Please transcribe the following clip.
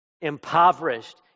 impoverished